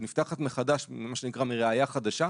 כשהיא נפתחת מחדש מה שנקרא: "מראייה חדשה"